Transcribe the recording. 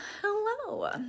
hello